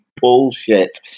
bullshit